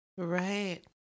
Right